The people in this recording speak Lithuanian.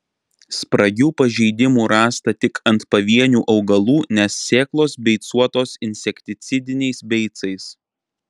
spragių pažeidimų rasta tik ant pavienių augalų nes sėklos beicuotos insekticidiniais beicais